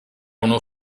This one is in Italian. uno